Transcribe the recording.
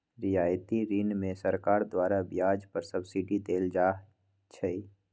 रियायती ऋण में सरकार द्वारा ब्याज पर सब्सिडी देल जाइ छइ